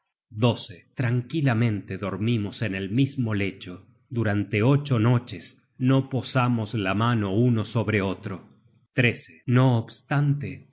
daneses tranquilamente dormimos en el mismo lecho durante ocho noches no posamos la mano uno sobre otro no obstante